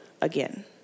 again